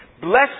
Bless